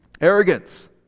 Arrogance